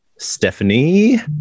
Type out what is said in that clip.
Stephanie